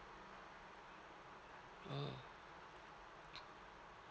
mm